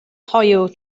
hoyw